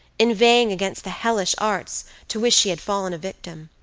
inveighing against the hellish arts to which she had fallen a victim,